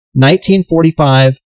1945